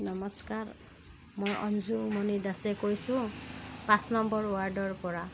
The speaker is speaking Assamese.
নমস্কাৰ মই অঞ্জুমণি দাসে কৈছোঁ পাঁচ নম্বৰ ৱাৰ্ডৰপৰা